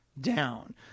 down